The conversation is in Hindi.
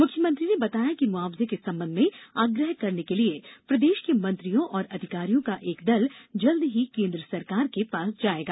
मुख्यमंत्री ने बताया कि मुआवजे के संबंध में आग्रह करने के लिये प्रदेश के मंत्रियों और अधिकारियों का एक दल जल्द ही केन्द्र सरकार के पास जाएगा